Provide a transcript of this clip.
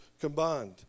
combined